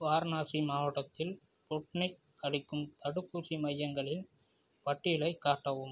வாரணாசி மாவட்டத்தில் ஸ்புட்னிக் அளிக்கும் தடுப்பூசி மையங்களின் பட்டியலைக் காட்டவும்